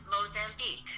Mozambique